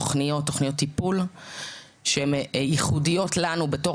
תוכניות טיפול שהן ייחודיות לנו בתור